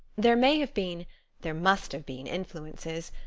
there may have been there must have been influences,